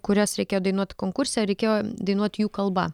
kurias reikėjo dainuoti konkurse reikėjo dainuoti jų kalba